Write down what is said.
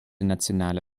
nationale